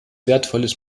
wertvolles